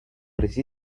resi